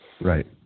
Right